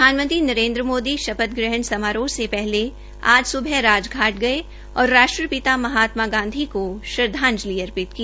प्रधानमंत्री नरेन्द्र मोदी शपथ ग्रहण समारोह से पहले आज स्बह राजधाट गये और राष्ट्रपिता महात्मा गांधी की श्रद्वाजंलि अर्पित की